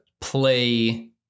play